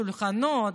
שולחנות,